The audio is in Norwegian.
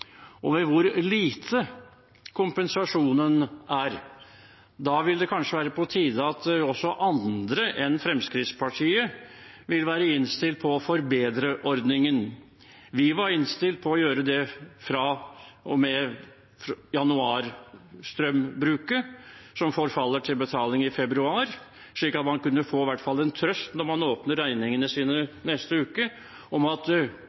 hvor liten kompensasjonen er, da vil det kanskje være på tide at også andre enn Fremskrittspartiet vil være innstilt på å forbedre ordningen. Vi var innstilt på å gjøre det fra og med januar-strømbruket, som forfaller til betaling i februar, slik at man kunne få i hvert fall en trøst når man åpner regningene sine neste uke, om at